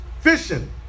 fishing